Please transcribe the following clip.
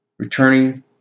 returning